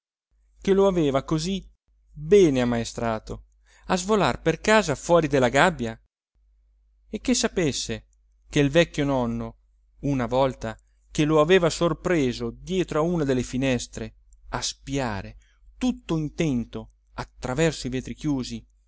che lo aveva così bene ammaestrato a svolar per casa fuori della gabbia e che sapesse che il vecchio nonno una volta che lo aveva sorpreso dietro una delle finestre a spiare tutto intento attraverso i vetri chiusi